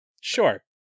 Sure